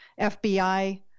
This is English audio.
FBI